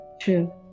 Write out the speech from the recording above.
true